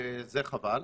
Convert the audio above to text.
וזה חבל.